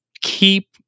keep